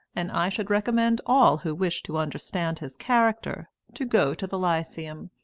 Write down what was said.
and i should recommend all who wish to understand his character to go to the lyceum,